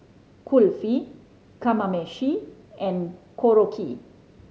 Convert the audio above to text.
Kulfi Kamameshi and Korokke